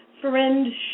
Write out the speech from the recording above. friendship